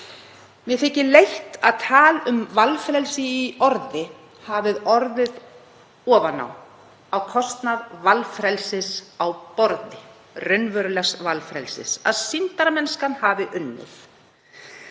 Mér þykir leitt að tal um valfrelsi í orði hafi orðið ofan á, á kostnað valfrelsis á borði, raunverulegs valfrelsis, og að sýndarmennskan hafi unnið.